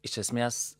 iš esmės